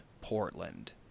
Portland